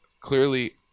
clearly